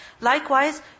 Likewise